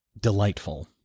Delightful